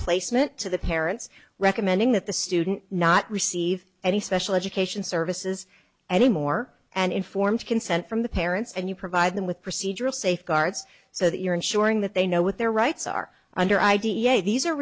placement to the parents recommending that the student not receive any special education services anymore and informed consent from the parents and you provide them with procedural safeguards so that you're ensuring that they know what their rights are under i